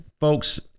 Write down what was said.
folks